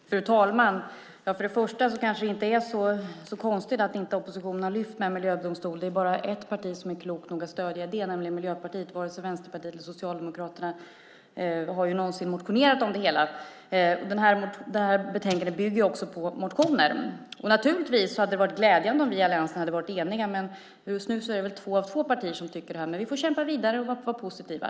Fru talman! Det kanske inte är så konstigt att oppositionen inte har lyft upp frågan om miljödomstol. Det är bara ett parti som är klokt nog att stödja det, nämligen Miljöpartiet. Varken Vänsterpartiet eller Socialdemokraterna har någonsin motionerat om det. Det här betänkandet bygger ju också på motioner. Det hade naturligtvis varit glädjande om vi i alliansen hade varit eniga. Just nu är det väl två partier som tycker så här. Vi får kämpa vidare och vara positiva.